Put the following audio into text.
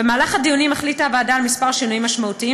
במהלך הדיונים החליטה הוועדה על כמה שינויים משמעותיים